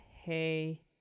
hey